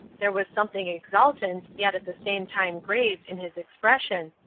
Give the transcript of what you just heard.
there was something exultant yet at the same time grave in his expression,